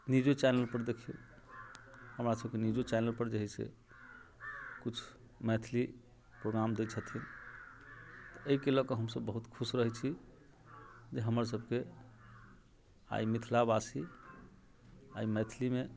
न्यूजो चैनलपर देखियौ हमरासभके न्यूजो चैनलपर जे हइ से किछु मैथिली प्रोग्राम दैत छथिन एहिके लऽ कऽ हमसभ बहुत खुश रहैत छी जे हमरसभके आइ मिथिला वासी आइ मैथिलीमे